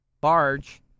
barge